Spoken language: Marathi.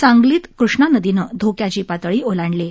सांगलीत कृष्णा नदीनं धोक्याची पातळी ओलांडली आहे